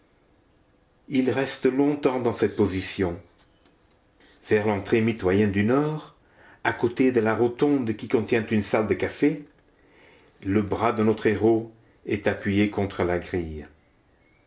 il reste longtemps dans cette position vers l'entrée mitoyenne du nord à côté de la rotonde qui contient une salle de café le bras de notre héros est appuyé contre la grille